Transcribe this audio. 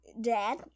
dad